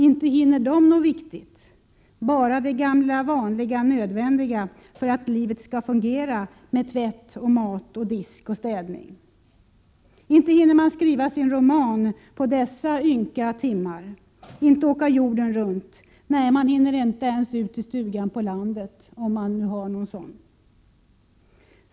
Inte hinner de med något viktigt — bara det gamla vanliga nödvändiga för att livet skall fungera: tvätt och mat och disk och städning. Inte hinner man skriva sin roman på dessa ynka få timmar, inte åka jorden runt, nej man hinner inte ens ut till stugan på landet, om man nu har någon sådan.